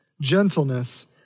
gentleness